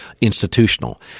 institutional